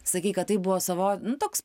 sakei kad tai buvo savo toks